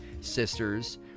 sisters